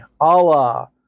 Allah